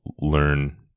learn